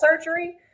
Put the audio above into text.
surgery